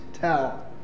tell